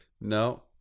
No